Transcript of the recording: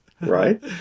right